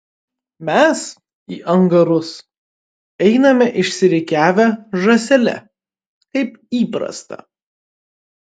mes į angarus einame išsirikiavę žąsele kaip įprasta